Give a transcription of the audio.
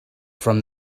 from